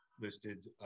listed